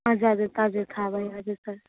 हजुर हजुर थाह भयो हजुर सर